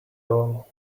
all